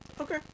Okay